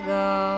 go